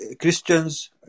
Christians